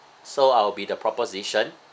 so I'll be the proposition